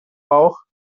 bauch